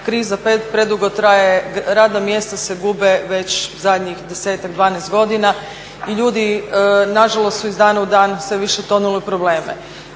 Kriza predugo traje, radna mjesta se gube već zadnjih 10-ak, 12 godina i ljudi nažalost su iz dana u dan sve više tonuli u probleme.